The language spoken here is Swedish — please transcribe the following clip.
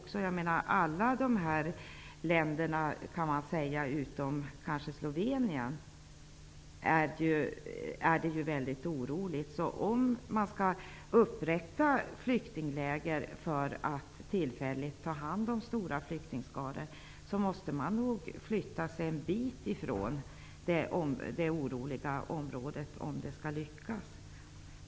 I alla dessa länder, förutom möjligen i Slovenien, är det mycket oroligt. Om man skall upprätta flyktingläger för att tillfälligt ta hand om stora flyktingskaror måste man nog flytta sig en bit ifrån det oroliga området om det skall lyckas.